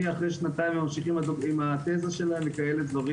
אחרי שנתיים וממשיכים עוד עם התזה וכדו'.